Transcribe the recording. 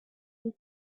this